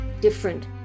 different